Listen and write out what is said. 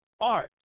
art